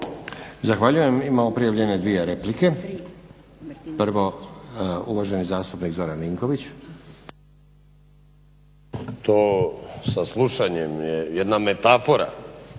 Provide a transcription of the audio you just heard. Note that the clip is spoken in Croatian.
Zahvaljujem. Imamo prijavljene dvije replike. Prvo uvaženi zastupnik Zoran Vinković. **Vinković, Zoran